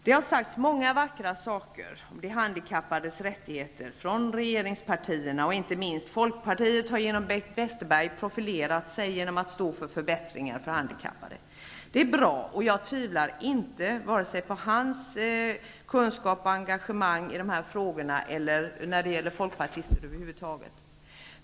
Det har sagts många vackra saker om de handikappades rättigheter från regeringspartierna, och inte minst Folkpartiet har genom Bengt Westerberg profilerat sig genom att stå för förbättringar för handikappade. Det är bra, och jag tvivlar inte vare sig på hans kunskap och engagemang i de här frågorna eller på folkpartister över huvud taget.